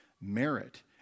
merit